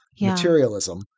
materialism